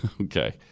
Okay